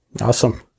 Awesome